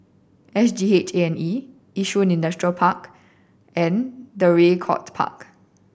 S G H A and E Yishun Industrial Park and Draycott Park